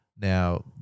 Now